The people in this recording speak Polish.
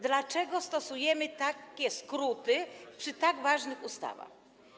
Dlaczego stosujemy takie skróty przy tak ważnych ustawach?